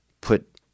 put